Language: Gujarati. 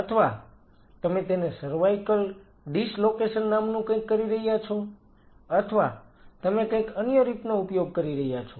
અથવા તમે તેને સર્વાઇકલ ડિસ્લોકેશન નામનું કંઇક કરી રહ્યા છો અથવા તમે કંઈક અન્ય રીતનો ઉપયોગ કરી રહ્યા છો